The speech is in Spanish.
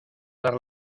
dar